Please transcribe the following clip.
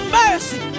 mercy